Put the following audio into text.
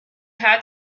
had